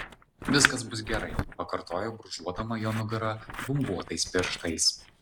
viskas bus gerai pakartojo brūžuodama jo nugarą gumbuotais pirštais